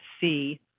see